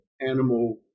animal